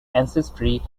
ancestry